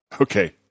Okay